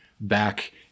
back